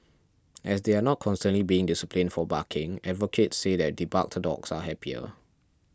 as they are not constantly being disciplined for barking advocates say that the barked dogs are happier